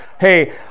Hey